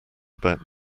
about